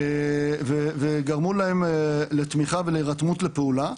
וגרמו להם לתמיכה ולהירתמות לפעולה,